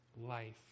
life